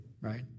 right